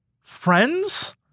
friends